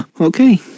Okay